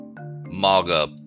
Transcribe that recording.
Maga